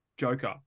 Joker